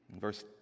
verse